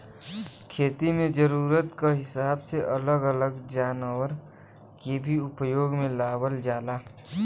खेती में जरूरत क हिसाब से अलग अलग जनावर के भी उपयोग में लावल जाला